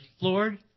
Lord